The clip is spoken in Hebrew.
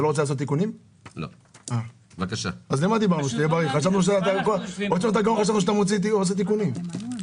ואני גם לא מכיר שהיה פה איזה שהוא שינוי שהמחוקק הנחה.